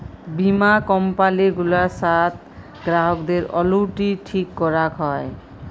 বীমা কম্পালি গুলার সাথ গ্রাহকদের অলুইটি ঠিক ক্যরাক হ্যয়